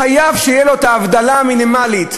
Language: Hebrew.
חייב שתהיה לו ההבדלה המינימלית.